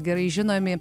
gerai žinomi